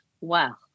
Wow